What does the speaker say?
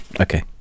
Okay